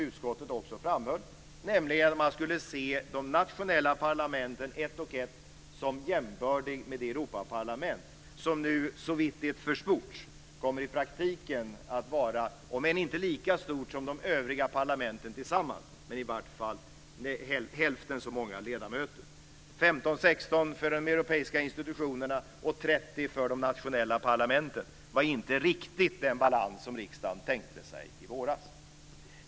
Utskottet framhöll också att man skulle se de nationella parlamenten vart och ett som jämbördiga med det Europaparlament som nu, såvitt det försports, i praktiken kommer att vara, om än inte lika stort som de övriga parlamenten tillsammans, men i vart fall bestå av hälften så många ledamöter. 15-16 ledamöter för de europeiska institutionerna och 30 ledamöter för de nationella parlamenten var inte riktigt den balans som riskdagen tänkte sig i våras.